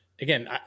again